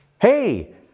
hey